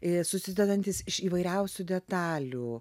ir susidedantys iš įvairiausių detalių